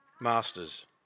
masters